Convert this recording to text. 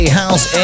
house